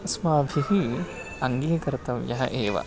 अस्माभिः अङ्गीकर्तव्यः एव